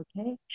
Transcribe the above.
Okay